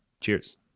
Cheers